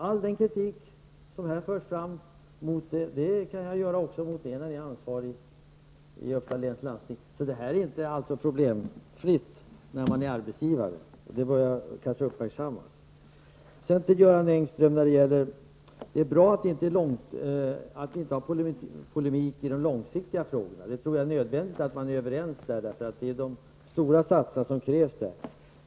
All den kritik som här förs fram emot oss den kan också föras fram emot er när ni har ansvaret i Uppsala läns landsting. Det är inte problemfritt att vara arbetsgivare, och det bör kanske uppmärksammas. Det är bra, Göran Engström, att vi inte har polemik i de långsiktiga frågorna. Jag tror att det är nödvändigt att man är överens där. Det är stora satsningar som krävs där.